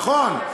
נכון,